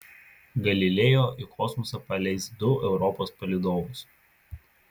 galileo į kosmosą paleis du europos palydovus